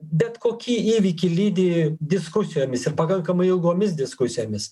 bet kokį įvykį lydi diskusijomis ir pakankamai ilgomis diskusijomis